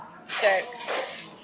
jokes